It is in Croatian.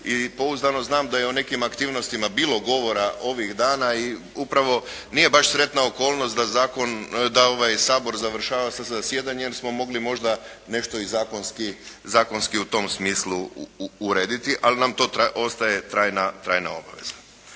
pouzdano znam da je u nekim aktivnostima bilo govora ovih dana i upravo nije baš sretna okolnost da zakon, da ovaj Sabor završava sa zasjedanjem, jer smo mogli možda nešto i zakonski u tom smislu urediti, ali nam to ostaje trajna obaveza.